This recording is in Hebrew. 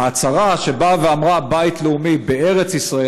ההצהרה באה ואמרה: בית לאומי בארץ ישראל,